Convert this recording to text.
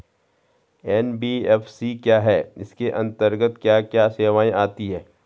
NBFC क्या है इसके अंतर्गत क्या क्या सेवाएँ आती हैं?